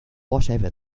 whatever